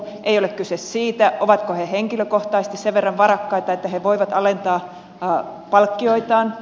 ei ole kyse siitä ovatko he henkilökohtaisesti sen verran varakkaita että he voivat alentaa palkkioitaan